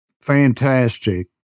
Fantastic